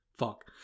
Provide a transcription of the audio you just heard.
fuck